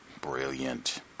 brilliant